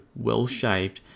WELLSHAVED